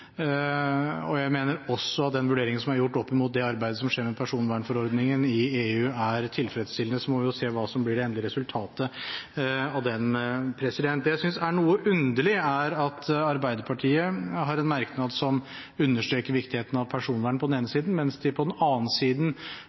og jeg mener også at den vurderingen som er gjort opp imot det arbeidet som skjer med personvernforordningen i EU, er tilfredsstillende. Så må vi jo se hva som blir det endelige resultatet. Det jeg synes er noe underlig, er at Arbeiderpartiet har en merknad som understreker viktigheten av personvern på den ene siden, mens de på den andre siden